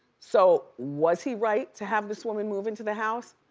so was he right to have this woman move into the house?